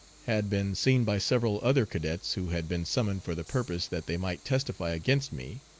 had been seen by several other cadets who had been summoned for the purpose that they might testify against me,